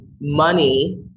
money